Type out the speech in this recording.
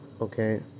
okay